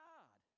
God